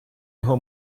його